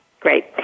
Great